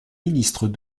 ministres